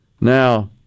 Now